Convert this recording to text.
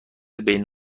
بین